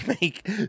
make